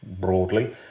broadly